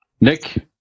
Nick